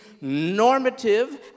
normative